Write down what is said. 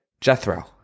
Jethro